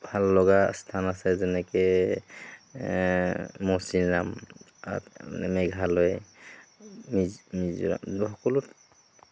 ভাল লগা স্থান আছে যেনেকৈ মৌচিনৰাম মেঘালয় মিজোৰাম সকলো